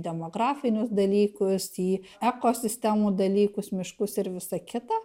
demografinius dalykus į ekosistemų dalykus miškus ir visa kita